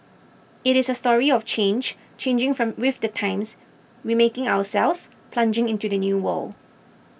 it is a story of change changing from with the times remaking ourselves plugging into the new world